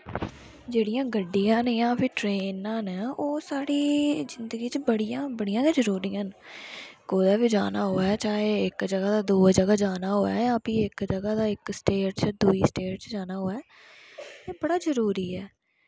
जेह्ड़ियां गड्डियां न जां फ्ही ट्रैनां न ओह् साढ़ी जिंदगी च बड़ियां बड़ियां गै जरूरी न कुदै बी जाना होऐ चाहे इक जगा दा दुऐ जगा जाना होऐ जां फ्ही इक जगा दा इक स्टेट चा दुई स्टेट च जाना होऐ एह् बड़ा जरूरी ऐ